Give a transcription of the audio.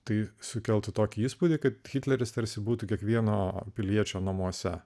tai sukeltų tokį įspūdį kad hitleris tarsi būtų kiekvieno piliečio namuose